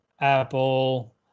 Apple